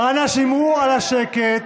אנא שמרו על השקט.